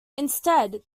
instead